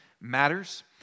matters